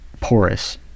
porous